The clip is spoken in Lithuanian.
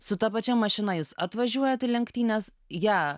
su ta pačia mašina jūs atvažiuojat į lenktynes ją